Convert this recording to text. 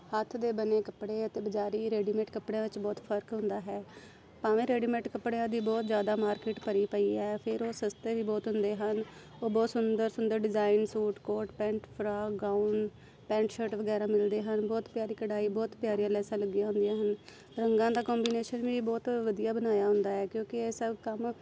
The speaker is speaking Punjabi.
ਹੱਥ ਦੇ ਬਣੇ ਕੱਪੜੇ ਅਤੇ ਬਜ਼ਾਰੀ ਰੈਡੀਮੇਟ ਕੱਪੜਿਆਂ ਵਿੱਚ ਬਹੁਤ ਫਰਕ ਹੁੰਦਾ ਹੈ ਭਾਵੇਂ ਰੈਡੀਮੇਟ ਕੱਪੜਿਆਂ ਦੀ ਬਹੁਤ ਜ਼ਿਆਦਾ ਮਾਰਕਿਟ ਭਰੀ ਪਈ ਹੈ ਫਿਰ ਉਹ ਸਸਤੇ ਵੀ ਬਹੁਤ ਹੁੰਦੇ ਹਨ ਉਹ ਬਹੁਤ ਸੁੰਦਰ ਸੁੰਦਰ design suit coat pant frock gown pant shirt ਵਗੈਰਾ ਮਿਲਦੇ ਹਨ ਬਹੁਤ ਪਿਆਰੀ ਕਢਾਈ ਬਹੁਤ ਪਿਆਰੀਆਂ ਲੈਸਾਂ ਲੱਗੀਆਂ ਹੁੰਦੀਆਂ ਹਨ ਰੰਗਾਂ ਦਾ ਕੌਂਬੀਨੇਸ਼ਨ ਵੀ ਬਹੁਤ ਵਧੀਆ ਬਣਾਇਆ ਹੁੰਦਾ ਹੈ ਕਿਉਂਕਿ ਇਹ ਸਭ ਕੰਮ